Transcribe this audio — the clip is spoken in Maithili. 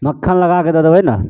मक्खन लगाके दऽ देबै ने